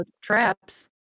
traps